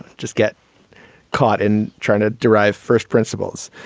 just get caught in trying to derive first principles.